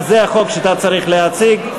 אז זה החוק שאתה צריך להציג.